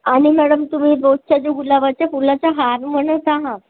आणि मॅडम तुम्ही रोजच्या जे गुलाबाच्या फुलाचा हार म्हणत आहात